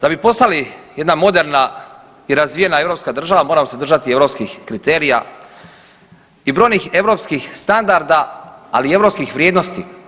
Da bi postali jedna moderna i razvijena europska država moramo se držati europskih kriterija i brojnih europskih standarda, ali i europskih vrijednosti.